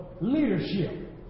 leadership